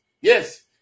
Yes